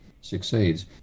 succeeds